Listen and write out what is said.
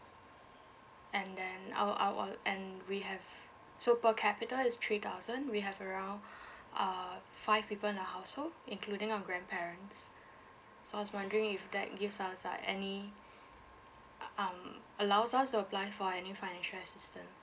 and then uh uh uh and we have so per capita is three thousand we have around err five people in the household including our grandparents so I was wondering if that gives us uh any uh um allows us to apply for any financial assistance